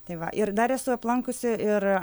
tai va ir dar esu aplankiusi ir